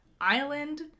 island